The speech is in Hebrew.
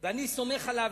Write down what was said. ואני סומך עליו.